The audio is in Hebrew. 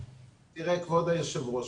כבוד היושב ראש,